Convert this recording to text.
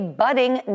budding